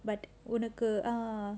but உனக்கு:unakku ah